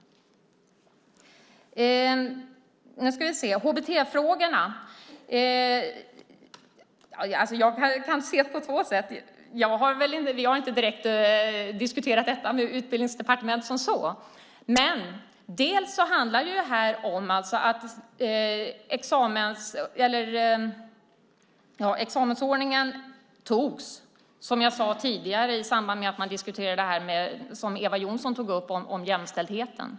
Jag kan se på HBT-frågorna på två sätt. Vi har inte direkt diskuterat detta som sådant med Utbildningsdepartementet. Det handlar om att examensordningen, som jag sade tidigare, togs i samband med att man diskuterade det som Eva Olofsson tog upp om jämställdheten.